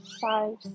five